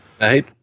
right